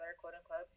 quote-unquote